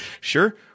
Sure